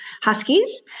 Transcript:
huskies